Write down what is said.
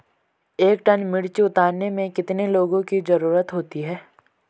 एक टन मिर्ची उतारने में कितने लोगों की ज़रुरत होती है?